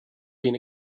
been